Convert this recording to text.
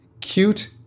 cute